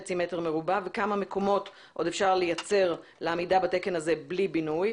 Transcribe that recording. מטר מרובע וכמה מקומות עוד אפשר לייצר לעמידה בתקן הזה בלי בינוי,